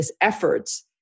efforts